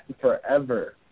forever